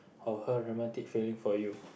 or her romantic feeling for you